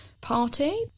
Party